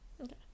Okay